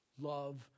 Love